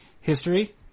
history